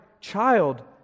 child